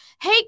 Hey